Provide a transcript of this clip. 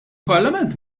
parlament